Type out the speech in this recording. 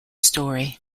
story